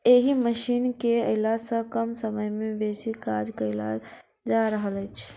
एहि मशीन केअयला सॅ कम समय मे बेसी काज कयल जा रहल अछि